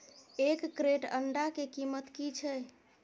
एक क्रेट अंडा के कीमत की छै?